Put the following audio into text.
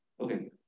Okay